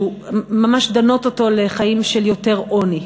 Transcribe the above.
ממש דנות אותו לחיים של יותר עוני,